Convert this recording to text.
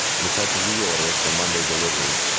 and has had to reorder it for a monday delivery,